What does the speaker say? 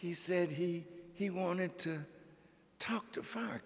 he said he he wanted to talk to f